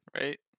Right